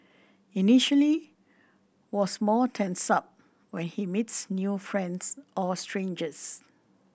initially was more tensed up when he meets new friends or strangers